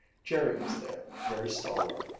jerry was there, very stalwart,